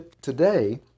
today